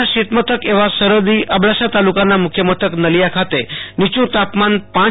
રાજયના શીતમથક એવા સરહદી અબડાસા તાલુકાના મુખ્યમથક નલિયા ખાતે નીયુ તાપમાનપ